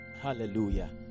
Hallelujah